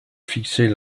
fixer